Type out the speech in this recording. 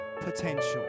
potential